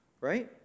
right